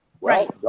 right